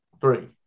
Three